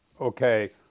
okay